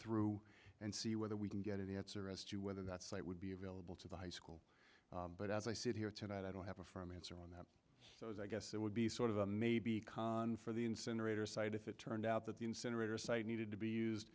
through and see whether we can get an answer as to whether that site would be available to the high school but as i sit here tonight i don't have a firm answer on those i guess it would be sort of a maybe come on for the incinerator site if it turned out that the incinerator site needed to be used